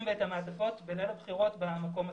ואת המעטפות בליל הבחירות במקום עצמו.